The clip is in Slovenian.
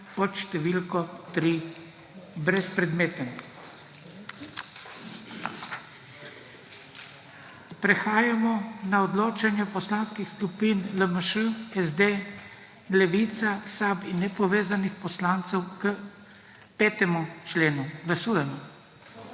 pod številko 3 brezpredmeten. Prehajamo na odločanje poslanskih skupin LMŠ, SD, Levica, SAB in nepovezanih poslancev k 5. členu. Glasujemo.